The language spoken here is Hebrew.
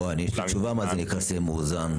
יש לי תשובה מה זה נקרא סיים מאוזן,